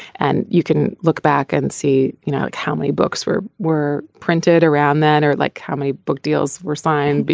and you can look back and see you know like how many books were were printed around that or like how many book deals were signed. but